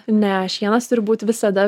ne šienas turi būt visada